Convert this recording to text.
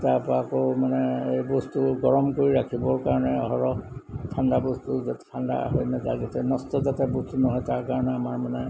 তাৰ পৰা আকৌ মানে বস্তু গৰম কৰি ৰাখিবৰ কাৰণে সৰহ ঠাণ্ডা বস্তু ঠাণ্ডা হৈ নাযাই যাতে নষ্ট যাতে বস্তু নহয় তাৰ কাৰণে আমাৰ মানে